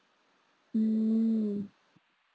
mm